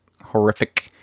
horrific